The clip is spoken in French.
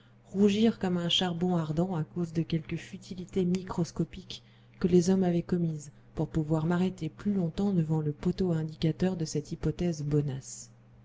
rougir comme un charbon ardent à cause de quelque futilité microscopique que les hommes avaient commise pour pouvoir m'arrêter plus longtemps devant le poteau indicateur de cette hypothèse bonasse